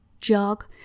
jog